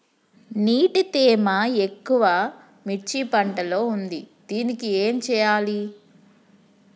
నీటి తేమ ఎక్కువ మిర్చి పంట లో ఉంది దీనికి ఏం చేయాలి?